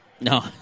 No